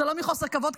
זה לא מחוסר כבוד,